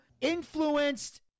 influenced